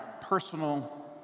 personal